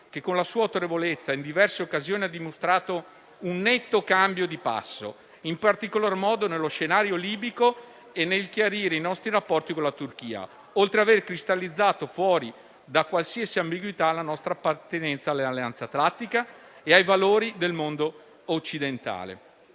che, con la sua autorevolezza, in diverse occasioni ha dimostrato un netto cambio di passo, in particolar modo nello scenario libico e nel chiarire i nostri rapporti con la Turchia, oltre aver cristallizzato, fuori da qualsiasi ambiguità, la nostra appartenenza all'Alleanza atlantica e ai valori del mondo occidentale.